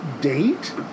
date